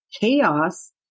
chaos